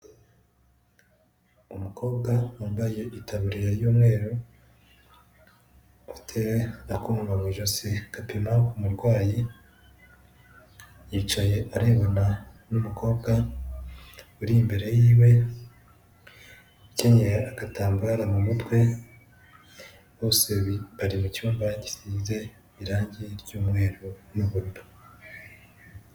Umukobwa wambaye itabiriye y'umweru, afite akuma mu ijosi kapima umurwayi, yicaye arebana n'umukobwa uri imbere ye, ukenyeye agatambaro mu mutwe, bose bari mu cyumba gisize irangi ry'umweru n'ubururu.